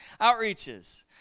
outreaches